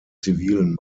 zivilen